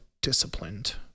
disciplined